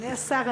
אדוני השר,